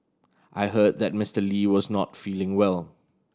I heard that Mister Lee was not feeling well